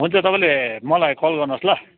हुन्छ तपाईँले मलाई कल गर्नुहोस् ल